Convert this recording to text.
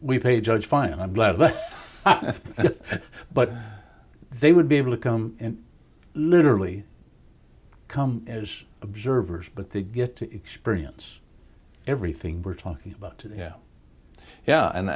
we pay judge fine i'm glad but they would be able to come in literally come as observers but they get to experience everything we're talking about yeah yeah and